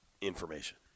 information